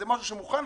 זה מוכן,